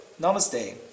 Namaste